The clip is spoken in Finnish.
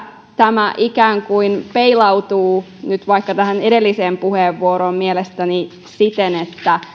tämä ikään kuin peilautuu nyt vaikka tähän edelliseen puheenvuoroon mielestäni siten että